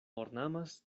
ornamas